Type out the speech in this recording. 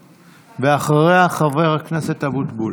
ואחריה, חבר הכנסת אבוטבול.